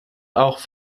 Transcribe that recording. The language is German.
auch